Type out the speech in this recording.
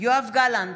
יואב גלנט,